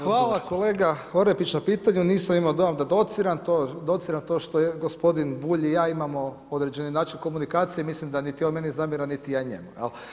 Hvala kolega Orepić na pitanju, nisam imao dojam da dociram, dociram to što gospodin Bulj i ja imamo određeni način komunikacije, mislim da niti on meni zamjera, niti ja njemu.